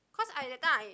cause I that time I